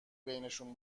بینشون